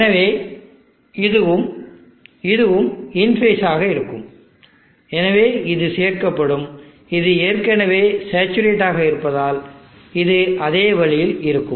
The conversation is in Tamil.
எனவே இதுவும் இதுவும் இன் ஃபேஸ் ஆக இருக்கும் எனவே இது சேர்க்கப்படும் இது ஏற்கனவே சேச்சுரேட்டட் ஆக இருப்பதால் இது அதே வழியில் இருக்கும்